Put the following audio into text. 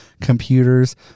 computers